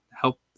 help